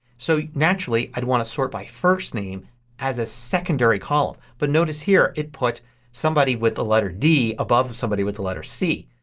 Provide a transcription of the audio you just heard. so naturally i would want to sort by first name as a secondary column. but notice here it put somebody with the letter d above somebody with the letter c.